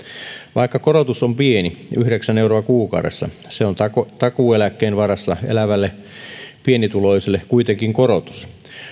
vaikka korotus on pieni yhdeksän euroa kuukaudessa se on takuueläkkeen varassa elävälle pienituloiselle kuitenkin korotus